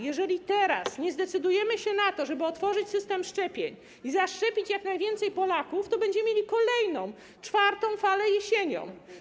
Jeżeli teraz nie zdecydujemy się na to, żeby otworzyć system szczepień i zaszczepić jak najwięcej Polaków, to będziemy mieli kolejną, czwartą falę jesienią.